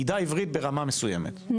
ידע עברית ברמה מסוימת,